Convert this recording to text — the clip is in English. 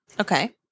Okay